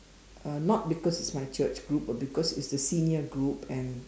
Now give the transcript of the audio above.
uh not because it's my church group but because it's the senior group and